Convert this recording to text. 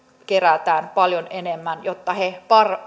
kerätään paljon enemmän jotta he